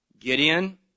Gideon